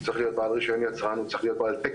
הוא צריך להיות בעל רישיון יצרן,